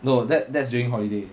no that that's during holiday